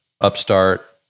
upstart